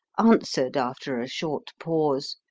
answered after a short pause,